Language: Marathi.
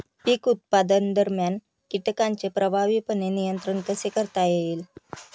पीक उत्पादनादरम्यान कीटकांचे प्रभावीपणे नियंत्रण कसे करता येईल?